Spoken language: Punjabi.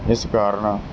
ਜਿਸ ਕਾਰਨ